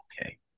okay